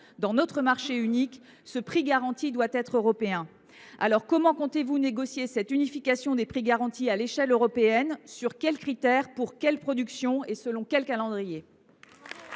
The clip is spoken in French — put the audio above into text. dans notre marché unique, ce prix garanti doit être européen. Alors, comment comptez vous négocier cette unification des prix garantis à l’échelle européenne ? Sur quels critères, pour quelles productions, et selon quel calendrier ?